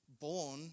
born